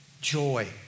Joy